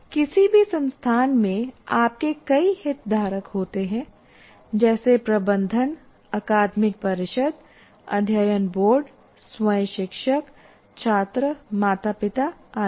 किसी भी संस्थान में आपके कई हितधारक होते हैं जैसे प्रबंधन अकादमिक परिषद अध्ययन बोर्ड स्वयं शिक्षक छात्र माता पिता आदि